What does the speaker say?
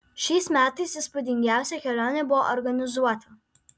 šiais metais įspūdingiausia kelionė buvo organizuota